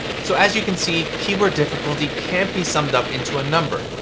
so as you can see, keyword difficulty can't be summed up into a number.